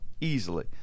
Easily